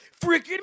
freaking